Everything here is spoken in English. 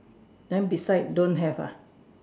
then beside don't have ah